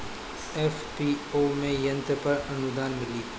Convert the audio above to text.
FPO में यंत्र पर आनुदान मिँली?